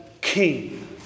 king